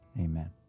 Amen